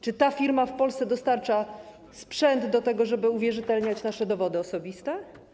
Czy ta firma w Polsce dostarcza sprzęt do tego, żeby uwierzytelniać nasze dowody osobiste?